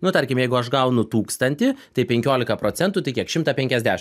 nu tarkim jeigu aš gaunu tūkstantį tai penkiolika procentų tai kiek šimtą penkiasdeš